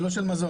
היא לא של מזון.